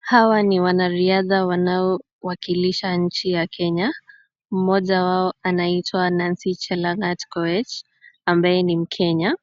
Hawa ni wanariadha wanaowakilisha nchi ya kenya, mmoja wao anaitwa Nancy Chelangat Koech ambaye ni mkenya,